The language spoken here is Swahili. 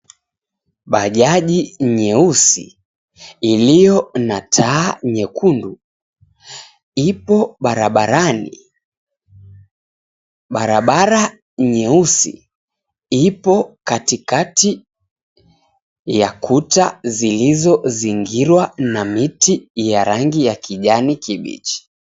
Bajaji nyeusi, iliyo na taa nyekundu, ipo barabarani. Barabara nyeusi, ipo katikati ya kuta zilizozingirwa na miti ya rangi ya kijani kibichi.